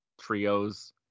trios